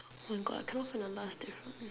oh my god cannot find the last difference